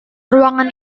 ruangan